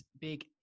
big